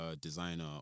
designer